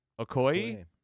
Okoye